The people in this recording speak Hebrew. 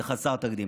זה חסר תקדים.